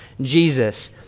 Jesus